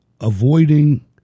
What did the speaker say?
avoiding